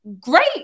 great